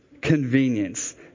Convenience